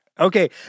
Okay